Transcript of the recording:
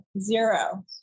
zero